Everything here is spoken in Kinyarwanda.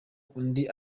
undi